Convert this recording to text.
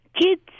Kids